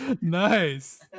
Nice